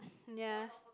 ya